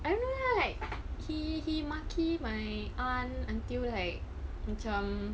I don't know lah like he he maki my aunt until like macam